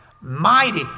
mighty